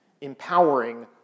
empowering